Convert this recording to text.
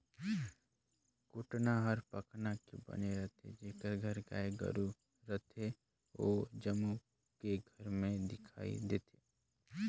कोटना हर पखना के बने रथे, जेखर घर गाय गोरु रथे ओ जम्मो के घर में दिखइ देथे